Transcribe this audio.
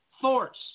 force